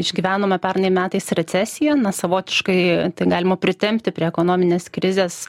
išgyvenome pernai metais recesiją na savotiškai tai galima pritempti prie ekonominės krizės